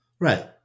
Right